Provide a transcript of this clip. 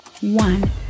one